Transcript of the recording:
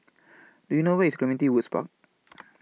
Do YOU know Where IS Clementi Woods Park